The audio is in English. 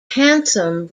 handsome